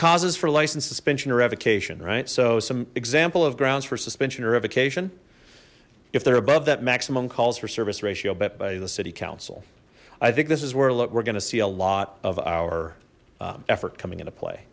causes for license suspension or revocation right so some example of grounds for suspension or revocation if they're above that maximum calls for service ratio bet by the city council i think this is where look we're gonna see a lot of our effort coming into play